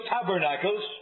Tabernacles